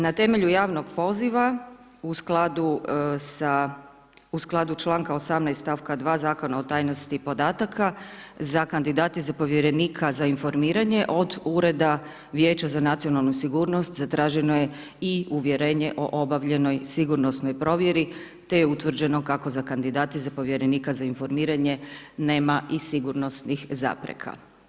Na temelju javnog poziva, u skladu sa, u skladu čl. 18. st. 2. Zakona o tajnosti podataka za kandidati za povjerenika za informiranje od Ureda vijeća za nacionalnu sigurnost zatraženo je i Uvjerenje o obavljenoj sigurnosnoj provjeri, te je utvrđeno kako za kandidati za povjerenika za informiranja nema i sigurnosnih zapreka.